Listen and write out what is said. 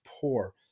poor